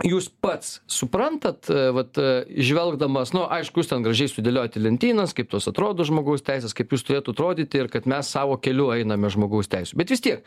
jūs pats suprantat vat žvelgdamas nu aišku jūs ten gražiai sudėliojot į lentynas kaip tos atrodo žmogaus teisės kaip jos turėtų atrodyti ir kad mes savo keliu einame žmogaus teisių bet vis tiek